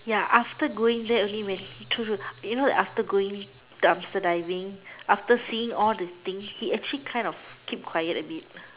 ya after going there only when he you know after going dumpster diving after seeing all the thing he actually kind of keep quiet a bit